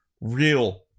real